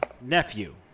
Nephew